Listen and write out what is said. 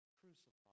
crucified